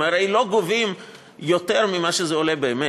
הרי הם לא גובים יותר ממה שזה עולה באמת,